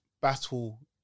battle